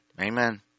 Amen